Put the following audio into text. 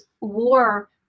war